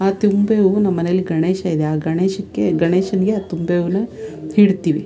ಆ ತುಂಬೆ ಹೂವು ನಮ್ಮ ಮನೆಲ್ಲಿ ಗಣೇಶ ಇದೆ ಆ ಗಣೇಶಕ್ಕೆ ಗಣೇಶನಿಗೆ ಆ ತುಂಬೆ ಹೂನ ಇಡ್ತೀವಿ